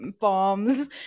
bombs